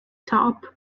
top